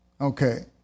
Okay